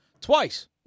Twice